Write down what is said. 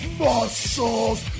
muscles